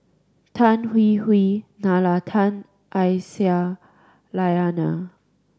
Tan Hwee Hwee Nalla Tan Aisyah Lyana